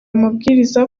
amabwiriza